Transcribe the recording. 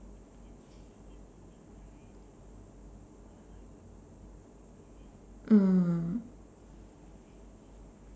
mm